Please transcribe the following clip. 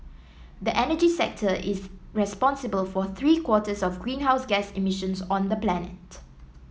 the energy sector is responsible for three quarters of greenhouse gas emissions on the planet